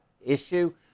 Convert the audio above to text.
issue